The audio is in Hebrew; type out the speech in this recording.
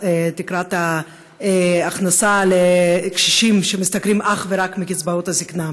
תקרת ההכנסה לקשישים שמשתכרים אך ורק מקצבאות הזיקנה,